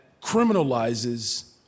criminalizes